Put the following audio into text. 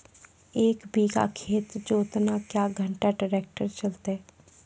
एक बीघा खेत जोतना क्या घंटा ट्रैक्टर चलते?